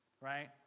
right